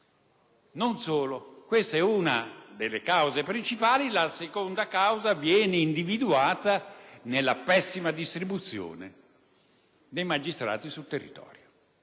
assieme. Questa è una delle cause principali. La seconda causa viene individuata nella pessima distribuzione dei magistrati sul territorio.